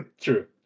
True